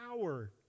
power